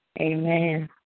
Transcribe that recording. Amen